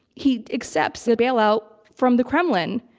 he accepts the bailout from the kremlin.